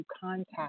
contact